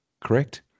correct